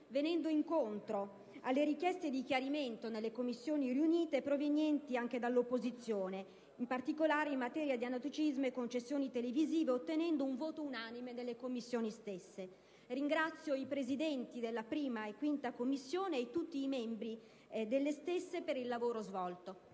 venuto incontro alle richieste di chiarimento nelle Commissioni riunite, provenienti anche dall'opposizione, in particolare in materia di anatocismo e concessioni televisive, ottenendo un voto unanime nelle Commissioni stesse. Ringrazio i Presidenti della 1a e 5a Commissione e tutti i membri delle stesse per il lavoro svolto.